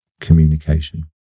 communication